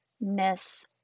miss